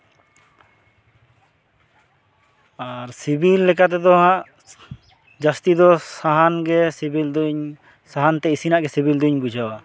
ᱟᱨ ᱥᱤᱵᱤᱞ ᱞᱮᱠᱟ ᱛᱮᱫᱚᱸ ᱦᱟᱸᱜ ᱡᱟᱹᱥᱛᱤ ᱫᱚ ᱥᱟᱦᱟᱱ ᱜᱮ ᱥᱤᱵᱤᱞ ᱫᱩᱧ ᱥᱟᱦᱟᱱ ᱛᱮ ᱤᱥᱤᱱᱟᱜ ᱜᱮ ᱥᱤᱵᱤᱞ ᱫᱩᱧ ᱵᱩᱡᱷᱟᱹᱣᱟ